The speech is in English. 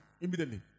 immediately